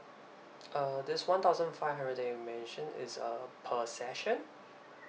uh this one thousand five hundred that you mentioned is uh per session